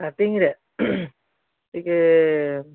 ଷ୍ଟାର୍ଟିଂରେ ଟିକେ